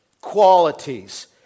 qualities